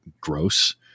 gross